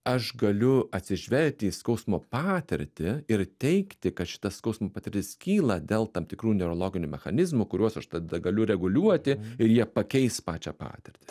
aš galiu atsižvelgti į skausmo patirtį ir teigti kad šita skausmo patirtis kyla dėl tam tikrų neurologinių mechanizmų kuriuos aš tada galiu reguliuoti ir jie pakeis pačią patirtį